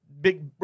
Big